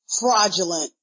fraudulent